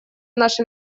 наше